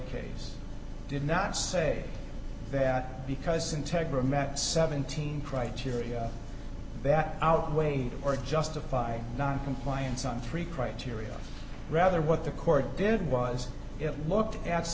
case did not say that because integra met seventeen criteria that outweighed or justify noncompliance on three criteria rather what the court did was it looked a